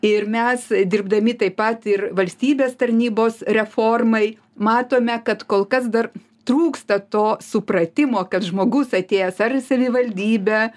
ir mes dirbdami taip pat ir valstybės tarnybos reformai matome kad kol kas dar trūksta to supratimo kad žmogus atėjęs ar į savivaldybę